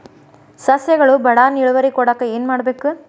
ಸಸ್ಯಗಳು ಬಡಾನ್ ಇಳುವರಿ ಕೊಡಾಕ್ ಏನು ಮಾಡ್ಬೇಕ್?